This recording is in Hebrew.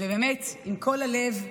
ובאמת עם כל הלב להגיד: